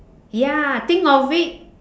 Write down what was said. ya think of it